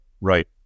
Right